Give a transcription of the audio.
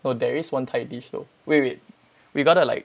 no there is one thai dish though wait wait we gotta like